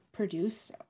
produce